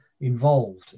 involved